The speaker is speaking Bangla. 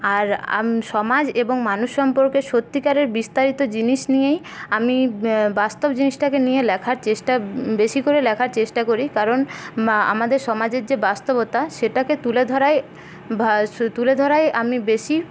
আর সমাজ এবং মানুষ সম্পর্কে সত্যিকারের বিস্তারিত জিনিস নিয়েই আমি বাস্তব জিনিসটাকে নিয়ে লেখার চেষ্টা বেশি করে লেখার চেষ্টা করি কারণ আমাদের সমাজে যে বাস্তবতা সেটাকে তুলে ধরাই তুলে ধরাই আমি বেশি